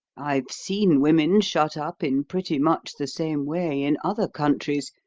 i've seen women shut up in pretty much the same way in other countries,